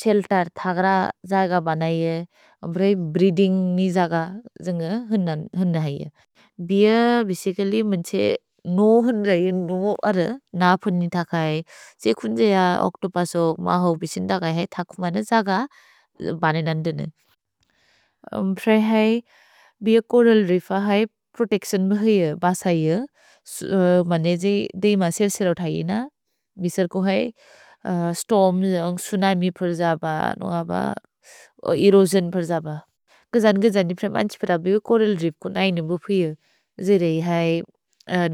Shelter थग्र जग बनैये, ब्रे ब्रीदिन्ग् नि जग जन्ग, हुन्दन्, हुन्दैये। भिअ, बसिचल्ल्य्, मन्छे नोउ हुन्दैये, नोउ अर्र नाफुन् नि थगै। त्से खुन् जैय ओक्तो पसोक् महौ पिसिन्दगै है, थगु मन जग बनेनन्देने। प्रए है, बिअ कोरल् रिव् है प्रोतेच्तिओन् भिये, बसये। मने जै, दैम सेल्-सेल् ओन्थैये न। भिसर् को है स्तोर्म्, त्सुनमि पर् जब, नोउ अर्र, एरोसिओन् पर् जब। कजन्-कजन् दि प्रए मन्छे पर बिअ बिअ कोरल् रिव्कु नाइ नेबु भिये। जेर हि है